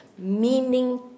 meaning